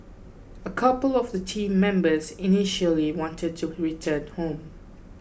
a couple of the team members initially wanted to return home